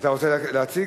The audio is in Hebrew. אתה רוצה להציג?